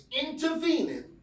intervening